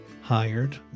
hired